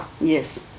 Yes